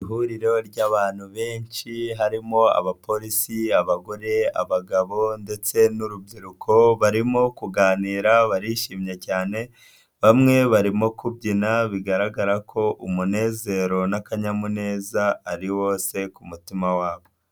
Ihuriro ry'abantu benshi, harimo abapolisi, abagore, abagabo ndetse n'urubyiruko, barimo kuganira barishimye cyane, bamwe barimo kubyina bigaragara ko umunezero n'akanyamuneza ari wose, ku mutima wabo.